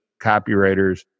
copywriters